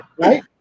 Right